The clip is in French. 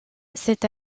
cette